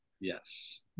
yes